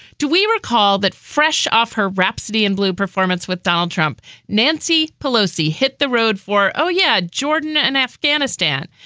do we recall that fresh off her rhapsody in blue performance with donald trump nancy pelosi hit the road for. oh yeah. jordan and afghanistan.